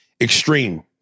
Extreme